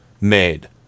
made